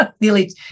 nearly